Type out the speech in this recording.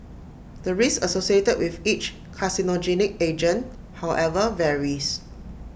the risk associated with each carcinogenic agent however varies